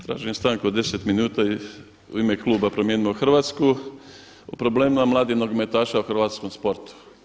Tražim stanku od 10 minuta u ime kluba Promijenimo Hrvatsku o problemima mladih nogometaša u hrvatskom sportu.